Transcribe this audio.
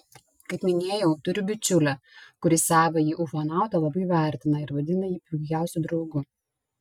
kaip minėjau turiu bičiulę kuri savąjį ufonautą labai vertina ir vadina jį puikiausiu draugu